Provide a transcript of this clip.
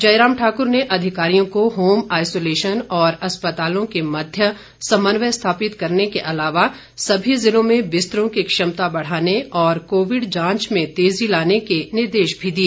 जयराम ठाकुर ने अधिकारियों को होम आईसोलेशन और अस्पतालों के मध्य समन्वय स्थापित करने के अलावा सभी जिलों में बिस्तरों की क्षमता बढ़ाने और कोविड जांच में तेजी लाने के निर्देश भी दिए